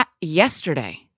Yesterday